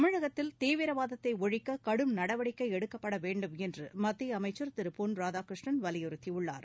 தமிழகத்தில் தீவிரவாதத்தை ஒழிக்க கடும் நடவடிக்கை எடுக்கப்பட வேண்டுமென்று மத்திய அமைச்சர் திரு பொன் ராதாகிருஷ்ணன் வலியுறுத்தியுள்ளார்